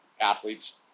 athletes